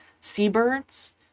seabirds